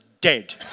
dead